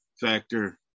factor